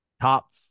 top